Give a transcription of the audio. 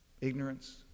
Ignorance